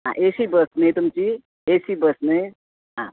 AC bus न्हय तुमची A C bus न्हय आं